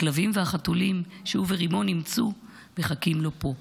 הכלבים והחתולים שהוא ורימון אימצו מחכים לו פה.